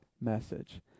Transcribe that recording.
message